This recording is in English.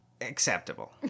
Acceptable